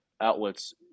outlets